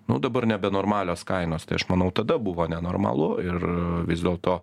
nu dabar nebenormalios kainos tai aš manau tada buvo nenormalu ir vis dėlto